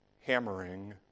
hammering